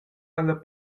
ella